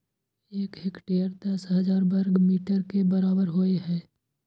एक हेक्टेयर दस हजार वर्ग मीटर के बराबर होय हय